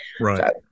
Right